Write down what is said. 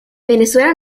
venezuela